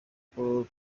niko